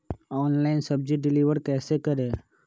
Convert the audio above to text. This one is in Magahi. ऑनलाइन सब्जी डिलीवर कैसे करें?